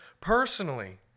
personally